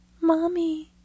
mommy